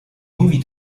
movie